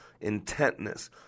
intentness